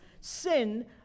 sin